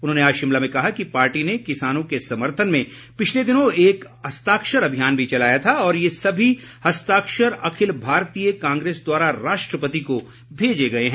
उन्होंने आज शिमला में कहा कि पार्टी ने किसानों के समर्थन में पिछले दिनों एक हस्ताक्षर अभियान भी चलाया था और ये सभी हस्ताक्षर अखिल भारतीय कांग्रेस द्वारा राष्ट्रपति को भेजे गए हैं